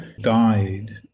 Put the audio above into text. died